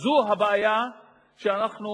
וכפי שאמרתי,